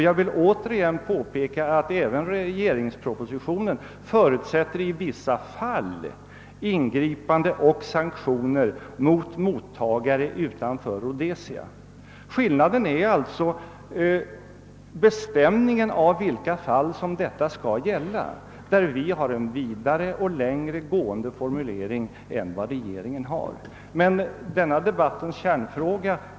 Jag vill åter påpeka att även propositionen i vissa fall förutsätter ingripanden och sanktioner mot mottagare utanför Rhodesia. Skillnaden är alltså bestämningen av vilka fall där detta skall gälla, och där har vi en vidare och längre gående formulering än regeringen.